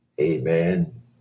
Amen